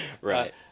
Right